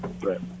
Right